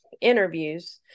interviews